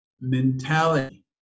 mentality